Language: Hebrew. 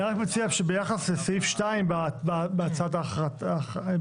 אני רק מציע שביחס לסעיף 2 בעניין ההכרעה